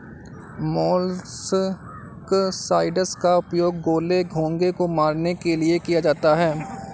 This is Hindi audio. मोलस्कसाइड्स का उपयोग गोले, घोंघे को मारने के लिए किया जाता है